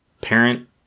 parent